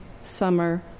summer